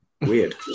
weird